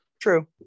true